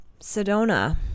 Sedona